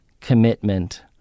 commitment